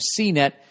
CNET